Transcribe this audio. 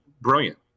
brilliant